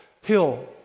Hill